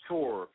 Tour